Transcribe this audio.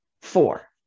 four